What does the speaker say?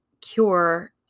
cure